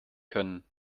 können